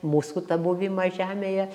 mūsų tą buvimą žemėje